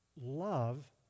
love